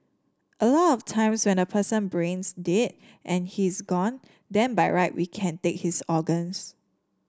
a lot of times when the person brains dead and he's gone then by right we can take his organs